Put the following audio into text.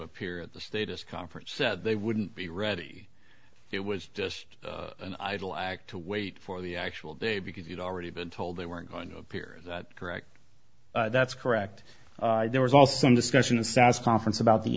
appear at the status conference said they wouldn't be ready it was just an idle act to wait for the actual day because you'd already been told they weren't going to appear that correct that's correct there was also some discussion in sas conference about the